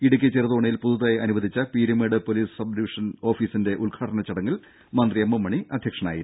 ഇടുക്കി ചെറുതോണിയിൽ പുതുതായി അനുവദിച്ച പീരുമേട് പൊലീസ് സബ് ഡിവിഷൻ ഓഫീസിന്റെ ഉദ്ഘാടന ചടങ്ങിൽ മന്ത്രി എം എം മണി അധ്യക്ഷനായിരുന്നു